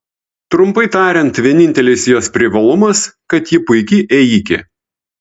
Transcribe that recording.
trumpai tariant vienintelis jos privalumas kad ji puiki ėjikė